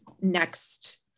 next